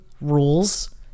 rules